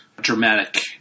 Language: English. dramatic